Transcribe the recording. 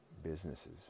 businesses